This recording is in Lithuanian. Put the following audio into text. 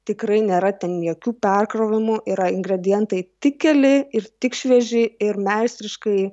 tikrai nėra ten jokių perkrovimų yra ingredientai tik keli ir tik švieži ir meistriškai